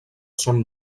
són